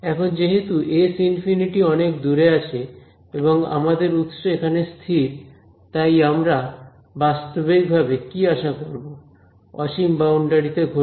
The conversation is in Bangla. এখন যেহেতু S∞ অনেক দূরে আছে এবং আমাদের উৎস এখানে স্থির তাই আমরা বাস্তবিকভাবে কি আশা করব অসীমে বাউন্ডারিতে ঘটবে